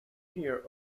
here